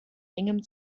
engem